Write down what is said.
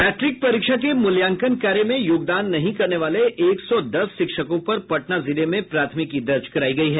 matric परीक्षा के मूल्यांकन कार्य में योगदान नहीं करने वाले एक सौ दस शिक्षकों पर पटना जिले में प्राथमिकी दर्ज करायी गयी है